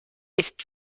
ist